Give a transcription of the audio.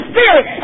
Spirit